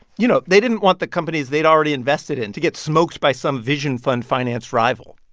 you know, they didn't want the companies they'd already invested in to get smoked by some vision fund-financed rival.